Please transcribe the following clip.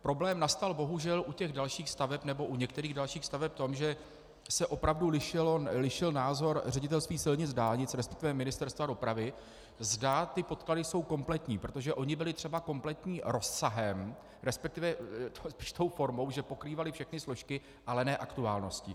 Problém nastal bohužel u těch dalších staveb, nebo u některých dalších staveb v tom, že se opravdu lišil názor Ředitelství silnic a dálnic, resp. Ministerstva dopravy, zda ty podklady jsou kompletní, protože ony byly třeba kompletní rozsahem, resp. spíš tou formou, že pokrývaly všechny složky, ale ne aktuálností.